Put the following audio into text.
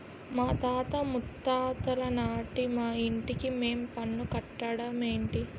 మాతాత ముత్తాతలనాటి మా ఇంటికి మేం పన్ను కట్టడ మేటి